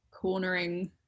cornering